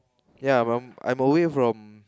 ya I'm I'm away from